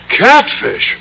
catfish